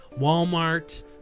Walmart